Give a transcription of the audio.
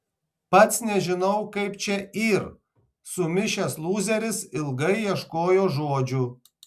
pats nežinau kaip čia yr sumišęs lūzeris ilgai ieškojo žodžių